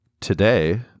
today